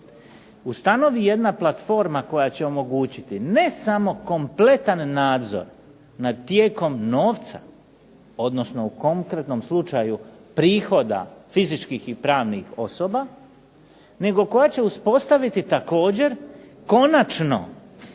ustanovi jedna platforma koja će omogućiti ne samo kompletan nadzor nad tijekom novca, odnosno u konkretnom slučaju prihoda fizičkih i pravnih osoba, nego koja će uspostaviti također konačno